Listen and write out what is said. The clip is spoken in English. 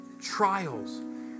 trials